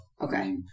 Okay